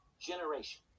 generation